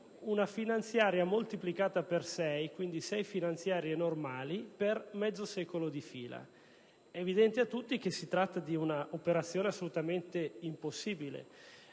una finanziaria moltiplicata per sei, dunque sei finanziarie normali, per il prossimo mezzo secolo. È evidente a tutti che si tratta di un'operazione assolutamente impossibile.